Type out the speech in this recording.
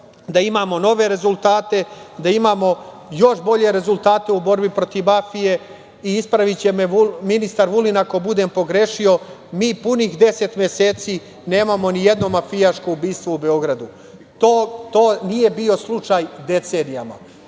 da imamo nove rezultate, da imamo još bolje rezultate u borbi protiv mafije. Ispraviće me ministar Vulin ako budem pogrešio, mi punih 10 meseci nemamo ni jedno mafijaško ubistvo u Beogradu. To nije bio slučaj decenijama.